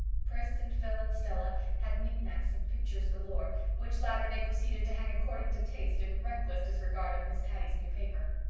pris and phil and stella had knick-knacks and pictures galore, which latter they proceeded to hang according to taste, in reckless disregard of miss patty's new paper.